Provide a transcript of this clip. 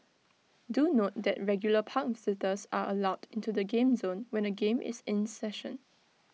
do note that regular park visitors are allowed into the game zone when A game is in session